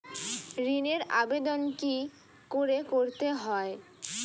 ঋণের আবেদন কি করে করতে হয়?